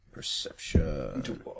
Perception